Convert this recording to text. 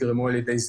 את המדיניות